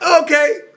Okay